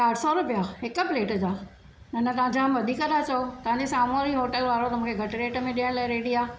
चार सौ रुपिया हिक प्लेट जा न न तव्हां जाम वधीक था चओ तव्हां जे साम्हू वारी होटल वारो त मूंखे घटि रेट में ॾियण लाइ रेडी आहे